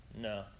no